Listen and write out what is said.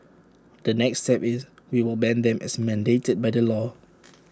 the next step is we will ban them as mandated by the law